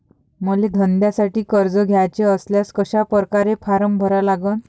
मले धंद्यासाठी कर्ज घ्याचे असल्यास कशा परकारे फारम भरा लागन?